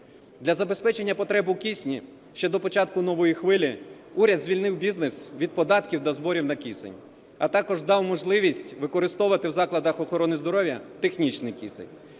Для забезпечення потреб у кисні, ще до початку нової хвилі, уряд звільнив бізнес від податків та зборів на кисень, а також дав можливість використовувати в закладах охорони здоров'я технічний кисень.